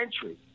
century